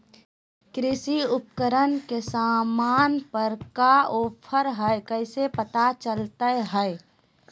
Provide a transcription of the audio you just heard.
कृषि उपकरण के सामान पर का ऑफर हाय कैसे पता चलता हय?